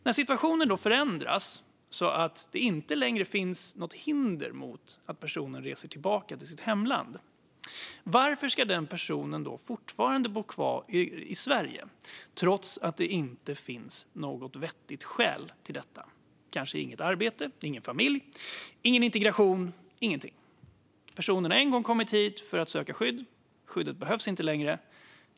När situationen förändras så att det inte längre finns något hinder för personen att resa tillbaka till sitt hemland, varför ska personen fortfarande bo kvar i Sverige om det inte finns något vettigt skäl för det? Personen har som sagt kanske inget arbete, ingen familj och har inte integrerats. Personen har en gång kommit hit för att söka asyl, men skyddet behövs inte längre.